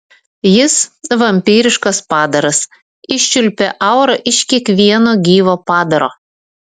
jis vampyriškas padaras iščiulpia aurą iš kiekvieno gyvo padaro